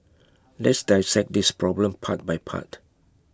let's dissect this problem part by part